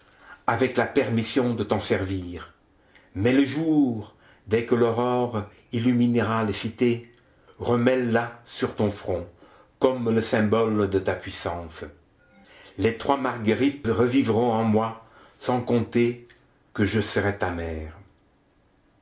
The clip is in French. avec la permission de t'en servir mais le jour dès que l'aurore illuminera les cités remets la sur ton front comme le symbole de ta puissance les trois marguerite revivront en moi sans compter que je serai ta mère